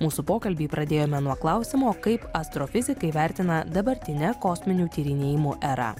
mūsų pokalbį pradėjome nuo klausimo kaip astrofizikai vertina dabartinę kosminių tyrinėjimų erą